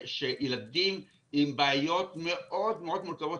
שילדים עם בעיות מאוד מאוד מורכבות,